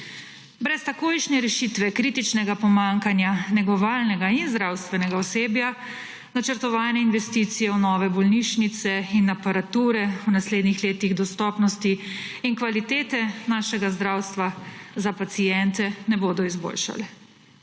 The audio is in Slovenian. Brez takojšnje rešitve kritičnega pomankanja negovalnega in zdravstvenega osebja načrtovane investicije v nove bolnišnice in aparature v naslednjih letih dostopnosti in kvalitete našega zdravstva za paciente ne bodo izboljšale.